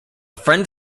friend